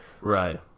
Right